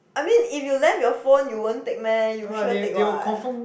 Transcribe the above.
I mean if you left your phone you won't take meh you sure take what